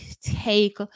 take